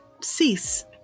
cease